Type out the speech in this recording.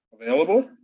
Available